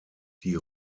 die